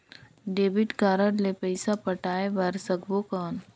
Debit card ले पइसा पटाय बार सकबो कौन?